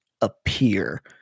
appear